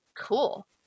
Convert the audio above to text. cool